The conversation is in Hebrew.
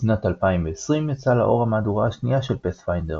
בשנת 2020 יצאה לאור המהדורה השנייה של פאת'פיינדר.